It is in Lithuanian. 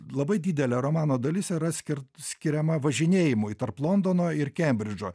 labai didelė romano dalis yra skirt skiriama važinėjimui tarp londono ir kembridžo